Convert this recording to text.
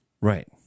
Right